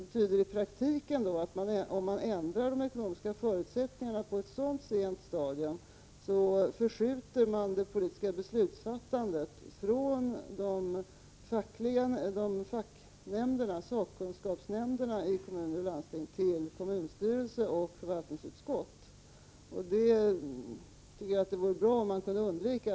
Om man ändrar de ekonomiska förutsättningarna på ett så sent stadium betyder det i praktiken att man förskjuter det politiska beslutsfattandet från sakkunskapsnämnderna i kommuner och landsting till kommunstyrelse och förvaltningsutskott, och det tycker jag att det vore bra om man kunde undvika.